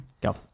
go